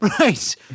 Right